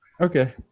Okay